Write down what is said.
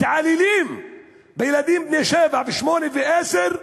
מתעללים בילדים בני שבע ושמונה ועשר.